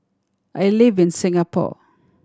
I live in Singapore